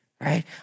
right